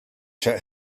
shut